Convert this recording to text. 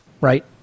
Right